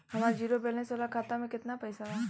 हमार zero balance वाला खाता में केतना पईसा बा?